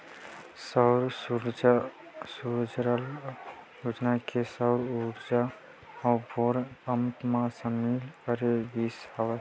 सौर सूजला योजना म सौर उरजा अउ बोर पंप ल सामिल करे गिस हवय